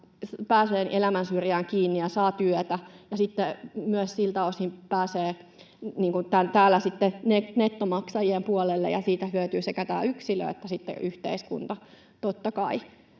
pääsevät elämänsyrjään kiinni ja saavat työtä ja siltä osin pääsevät täällä sitten myös nettomaksajien puolelle. Siitä hyötyvät sekä tämä yksilö että yhteiskunta, totta kai.